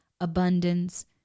abundance